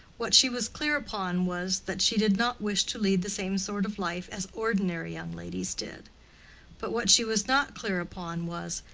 what she was clear upon was, that she did not wish to lead the same sort of life as ordinary young ladies did but what she was not clear upon was,